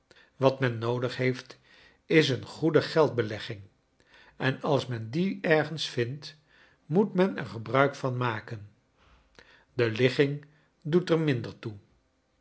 wat men noodig heeft is een goede geldbelegging en als men die ergens vindt moot men er gebruik van maken de ligging doet er minder toe